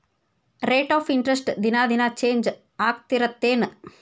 rate of interest ದಿನಾ ದಿನಾ change ಆಗ್ತಿರತ್ತೆನ್